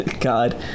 God